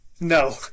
No